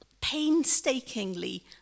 painstakingly